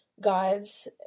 gods